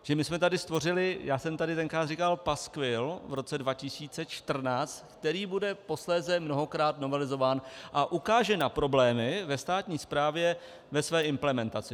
Čili my jsme tady stvořili já jsem tady tenkrát říkal paskvil v roce 2014, který bude posléze mnohokrát novelizován a ukáže na problémy ve státní správě ve své implementaci.